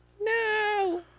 No